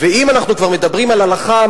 ואם אנחנו כבר מדברים על הלכה,